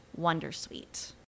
Wondersuite